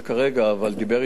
אבל דיבר אתי כבר,